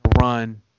run